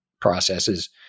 processes